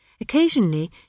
Occasionally